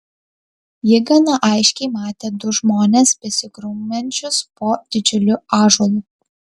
ji gana aiškiai matė du žmones besigrumiančius po didžiuliu ąžuolu